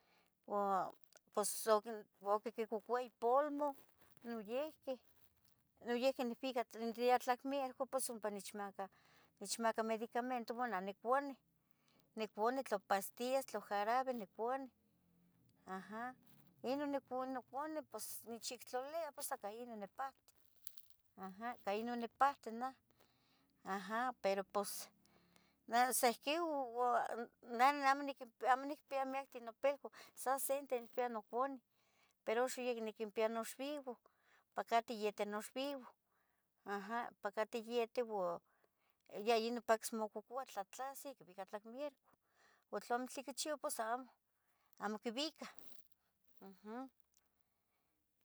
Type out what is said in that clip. o pos quicocoua púlmon noyihqui, noyihqui cah mirco pues ompa nechmaca medicamento uan nah niconi, niconi tla pastillas, no jarabe niconi aa, Inon nicuni nechyectlalia pues ica Inon nipahti naj Inon nipahti naj. Amo niquinpia miqueh nopeluah, sasente nicpia noconeu, pero uxan ya nicquinpiya novivu, ompa cateh yeteh, ompa cateh yeteh, tlatlasih quivicah ca mierco tla amo tlen quichiva pos amo, amo quinvuicah aja.